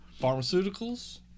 Pharmaceuticals